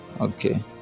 okay